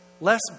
Less